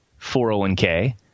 401k